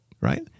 Right